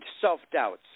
self-doubts